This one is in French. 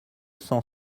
cent